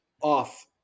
off